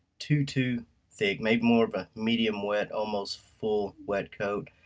too too thick. maybe more of a medium wet, almost full wet coat.